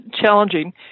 challenging